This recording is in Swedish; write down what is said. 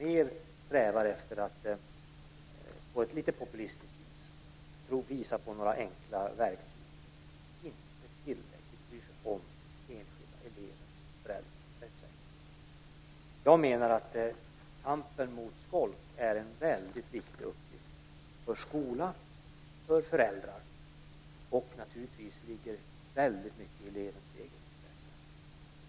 De strävar efter att på ett lite populistiskt vis visa på några enkla verktyg men bryr sig inte tillräckligt mycket om enskilda elevers och föräldrars rättssäkerhet. Jag menar att kampen mot skolk är en väldigt viktig uppgift för skola och för föräldrar. Naturligtvis ligger det också väldigt mycket i elevens egenintresse.